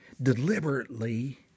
Deliberately